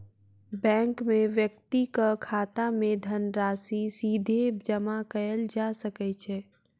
bank मे व्यक्तिक खाता मे धनराशि सीधे जमा कयल जा सकै छै